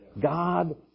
God